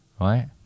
Right